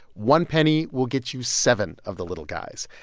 one penny will get you seven of the little guys.